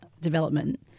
development